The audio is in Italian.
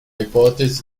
ipotesi